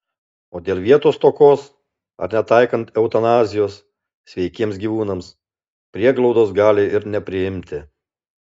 o dėl vietos stokos ar netaikant eutanazijos sveikiems gyvūnams prieglaudos gali ir nepriimti